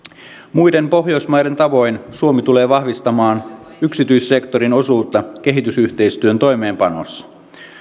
muiden pohjoismaiden tavoin suomi tulee vahvistamaan yksityissektorin osuutta kehitysyhteistyön toimeenpanossa